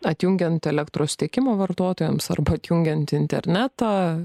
atjungiant elektros tiekimą vartotojams arba atjungiant internetą